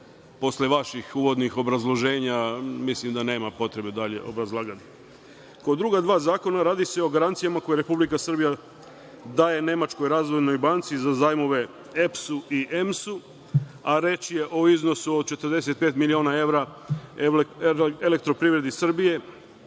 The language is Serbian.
posle vaših uvodnih obrazloženja, mislim da nema potrebe dalje obrazlagati. Kod druga dva zakona radi se o garancijama koje Republika Srbija daje Nemačkoj Razvojnoj banci za zajmove EPS-u i EMS-u, a reč je u iznosu od 45 miliona evra Elektroprivredi Srbije,